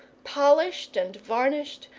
polished and varnished,